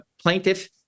plaintiff